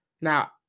Now